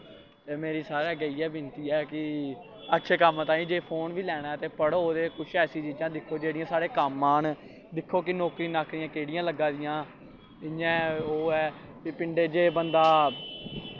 ते मेरी सारैं अग्गैं इ'यै बिन्नती ऐ कि अच्छे कम्म ताहीं फोन बी लैना ऐ ते पढ़ो ते कुश ऐसियां चीजां दिक्खो जेह्ड़ियां साढ़े कम्म आन दिक्खो कि नौकरियां नाकरियां केह्ड़ियां लग्गा दियां इ'यां ओह् ऐ पिंडें च जे बंदा